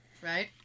Right